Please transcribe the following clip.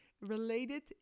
related